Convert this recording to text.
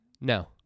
No